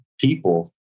people